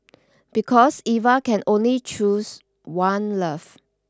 because Eva can only choose one love